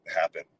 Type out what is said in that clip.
happen